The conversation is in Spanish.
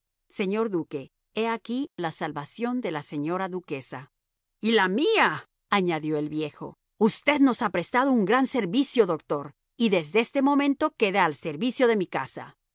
señor duque he aquí la salvación de la señora duquesa y la mía añadió el viejo usted nos ha prestado un gran servicio doctor y desde este momento queda al servicio de mi casa